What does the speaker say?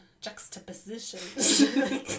Juxtaposition